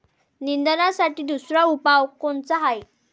निंदनासाठी दुसरा उपाव कोनचा हाये?